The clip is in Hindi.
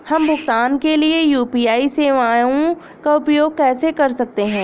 हम भुगतान के लिए यू.पी.आई सेवाओं का उपयोग कैसे कर सकते हैं?